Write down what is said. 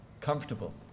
comfortable